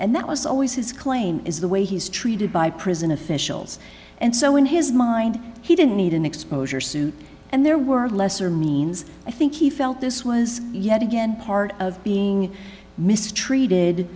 and that was always his claim is the way he's treated by prison officials and so in his mind he didn't need an exposure suit and there were lesser means i think he felt this was yet again part of being mistreated